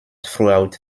throughout